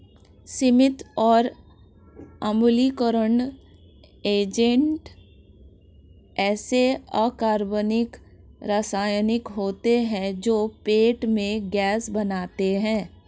सीमित और अम्लीकरण एजेंट ऐसे अकार्बनिक रसायन होते हैं जो पेट में गैस बनाते हैं